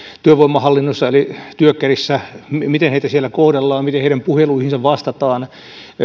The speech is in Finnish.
työvoimahallinnossa eli työkkärissä miten heitä siellä kohdellaan miten heidän puheluihinsa vastataan